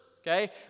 okay